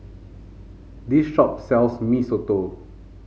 this shop sells Mee Soto